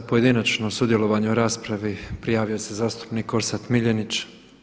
Za pojedinačno sudjelovanje u raspravi prijavio se zastupnik Orsat Miljenić.